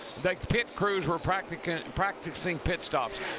like pit crews were practicing practicing pit stops.